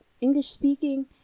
English-speaking